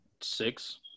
six